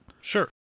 Sure